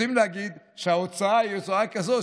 יודעים להגיד שההוצאה היא הוצאה כזאת,